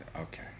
Okay